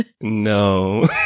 No